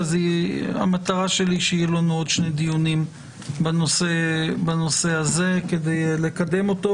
המטרה שלי שיהיו לנו עוד שני דיונים בנושא הזה כדי לקדם אותו.